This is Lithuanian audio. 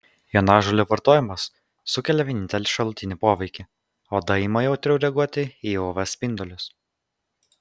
jonažolių vartojimas sukelia vienintelį šalutinį poveikį oda ima jautriau reaguoti į uv spindulius